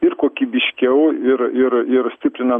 ir kokybiškiau ir ir ir stiprinant